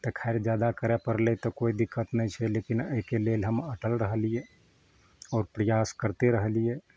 तऽ खैर जादा करए पड़लै तऽ कोइ दिक्कत नहि छै लेकिन एहिके लेल हम अटल रहलियै आओर प्रयास करते रहलियै